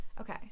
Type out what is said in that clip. Okay